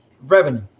revenue